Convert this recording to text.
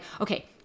okay